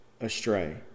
astray